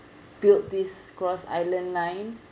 build this cross island line